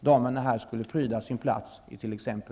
Damerna här skulle pryda sin plats i t.ex.